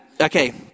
Okay